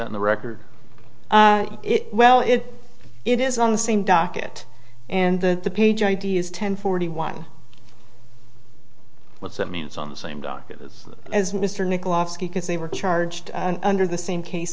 on the record it well if it is on the same docket and that the page idea is ten forty one what's that means on the same docket as as mr nick lost because they were charged under the same case